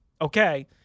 Okay